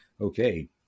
okay